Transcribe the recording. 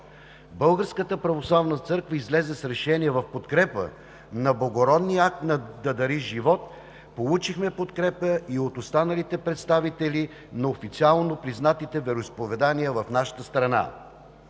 Българската православна църква излезе с решение в подкрепа на благородния акт „Да дариш живот“. Получихме подкрепа и от останалите представители на официално признатите вероизповедания в нашата страна.